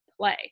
play